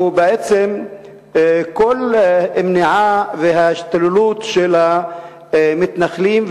הוא בעצם כל המניעה וההשתוללות של המתנחלים,